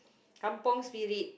kampung Spirit